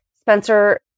Spencer